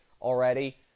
already